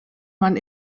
man